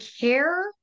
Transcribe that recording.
care